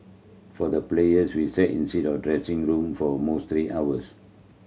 for the players we sat inside of dressing room for almost three hours